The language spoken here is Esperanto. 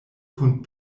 kun